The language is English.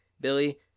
Billy